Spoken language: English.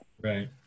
Right